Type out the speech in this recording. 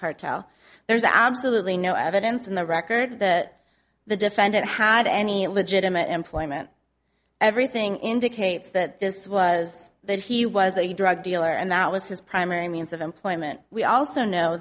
cartel there's absolutely no evidence in the record the the defendant had any legitimate employment everything indicates that this was that he was a drug dealer and that was his primary means of employment we also know